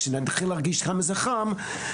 כשנתחיל להרגיש כמה זה חם,